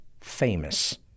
famous